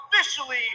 officially